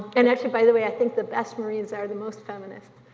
and actually, by the way, i think the best marines are the most feminist.